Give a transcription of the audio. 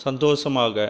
சந்தோஷமாக